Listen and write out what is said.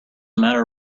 matter